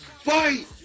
Fight